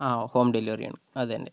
ആ ഹോം ഡെലിവറിയാണ് അതുതന്നെ